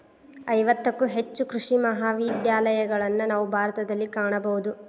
ಐವತ್ತಕ್ಕೂ ಹೆಚ್ಚು ಕೃಷಿ ಮಹಾವಿದ್ಯಾಲಯಗಳನ್ನಾ ನಾವು ಭಾರತದಲ್ಲಿ ಕಾಣಬಹುದು